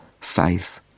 faith